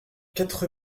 quatre